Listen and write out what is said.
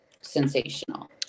sensational